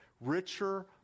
richer